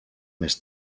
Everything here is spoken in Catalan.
més